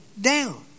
down